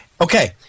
Okay